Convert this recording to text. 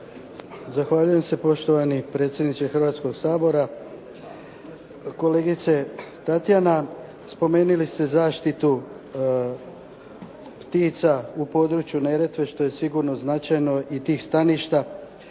Zahvaljujem se poštovani predsjedniče Hrvatskog sabora, kolegice Tatjana. Spomenuli ste zaštitu ptica u području Neretve što je sigurno značajno i tih staništa